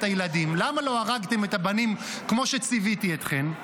הילדים" למה לא הרגתן את הבנים כמו שציוויתי אתכן?